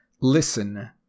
listen